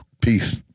Peace